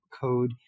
code